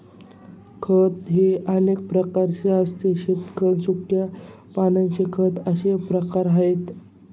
खत हे अनेक प्रकारचे असते शेणखत, सुक्या पानांचे खत असे प्रकार आहेत